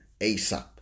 ASAP